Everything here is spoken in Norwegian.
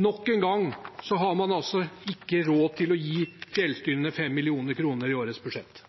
Nok en gang har man altså ikke råd til å gi fjellstyrene 5 mill. kr i årets budsjett.